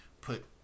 Put